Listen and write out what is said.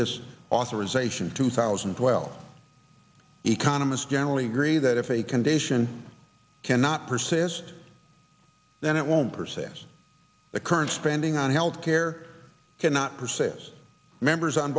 this authorization two thousand and twelve economists generally agree that if a condition cannot persist then it won't proceed as the current spending on health care cannot persist members on